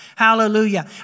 Hallelujah